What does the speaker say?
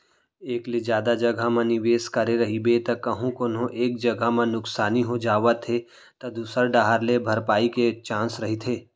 एक ले जादा जघा म निवेस करे रहिबे त कहूँ कोनो एक जगा म नुकसानी हो जावत हे त दूसर डाहर ले भरपाई के चांस रहिथे